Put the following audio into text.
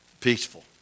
peaceful